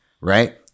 Right